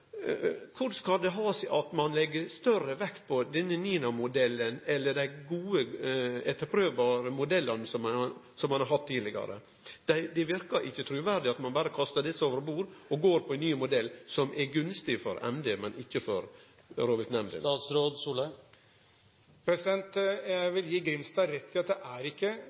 Korleis kan det ha seg at ein legg større vekt på denne NINA-modellen enn dei gode etterprøvberre modellane som ein har hatt tidlegare? Det verkar ikkje truverdig at ein berre kastar desse over bord og går på ein ny modell, som er gunstig for Miljøverndepartementet, men ikkje for rovviltnemndene. Jeg vil gi Grimstad rett i at det ikke er